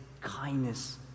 kindness